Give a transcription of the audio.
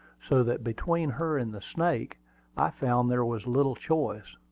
so that between her and the snake i found there was little choice.